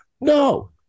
No